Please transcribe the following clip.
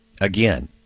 again